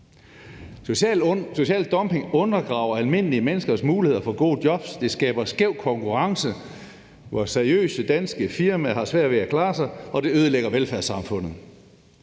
Social dumping undergraver almindelige menneskers muligheder for at få gode jobs. Det skaber skæv konkurrence, hvor seriøse danske firmaer har svært ved at klare sig. Og det ødelægger velfærdssamfundet.